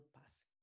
pass